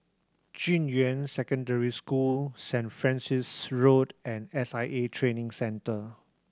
Junyuan Secondary School Saint Francis Road and S I A Training Centre